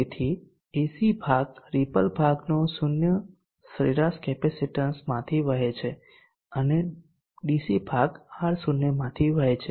તેથી એસી ભાગ રીપલ ભાગનો 0 સરેરાશ કેપેસિટન્સમાંથી વહે છે અને ડીસી ભાગ R0 માંથી વહે છે